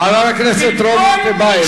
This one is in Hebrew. חבר הכנסת רוברט טיבייב,